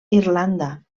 irlanda